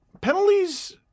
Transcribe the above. penalties